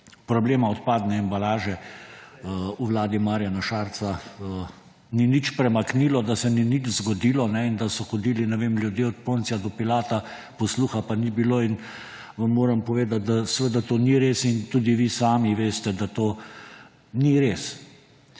problema odpadne embalaže v vladi Marjana Šarca ni nič premaknilo, da se ni nič zgodilo in da so hodili, ne vem, ljudje od Poncija do Pilata, posluha pa ni bilo. Vam moram povedati, da seveda to ni res, in tudi vi sami veste, da to ni res.